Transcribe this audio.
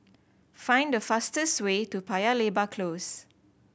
find the fastest way to Paya Lebar Close